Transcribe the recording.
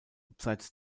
abseits